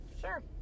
sure